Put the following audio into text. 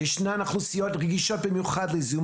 ישנן אוכלוסיות רגישות במיוחד לזיהום